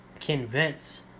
convince